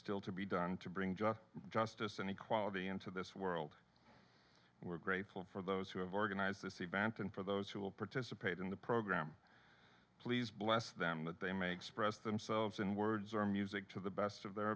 still to be done to bring just justice and equality into this world we're grateful for those who have organized this event and for those who will participate in the program please bless them that they may express themselves in words or music to the best of their